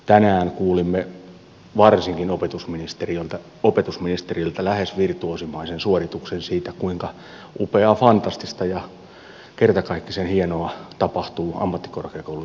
tänään kuulimme varsinkin opetusministeriltä lähes virtuoosimaisen suorituksen siitä kuinka upeaa fantastista ja kertakaikkisen hienoa tapahtuu ammattikorkeakoulujen osalta